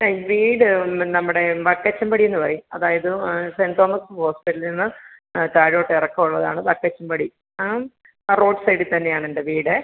ആ വീട് നമ്മുടെ വക്കച്ചൻപടി എന്ന് പറയും അതായത് സെൻറ്റ് തോമസ് ഹോസ്പിറ്റലീന്ന് താഴോട്ട് ഇറക്കം ഉള്ളതാണ് വക്കച്ചൻപടി ആ ആ റോഡ്സൈഡി തന്നെയാണെൻ്റെ വീട്